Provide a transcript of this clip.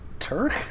Turk